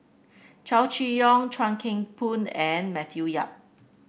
Chow Chee Yong Chuan Keng Boon and Matthew Yap